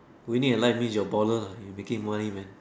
we need a life means you're a baller ah you making money man